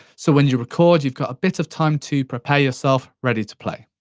so when you record, you've got a bit of time to prepare yourself, ready to play.